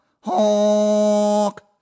HONK